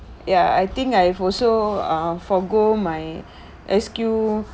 ya I think I've also ah forgo my S_Q